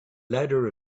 ladder